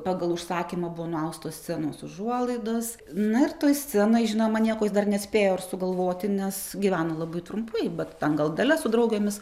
pagal užsakymą buvo nuaustos scenos užuolaidos na ir toj scenoj žinoma nieko is dar nespėjo sugalvoti nes gyveno labai trumpai bet ten gal dalia su draugėmis